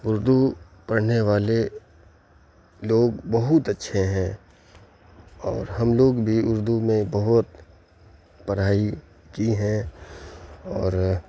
اردو پرھنے والے لوگ بہت اچھے ہیں اور ہم لوگ بھی اردو میں بہت پڑھائی کی ہیں اور